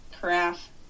carafe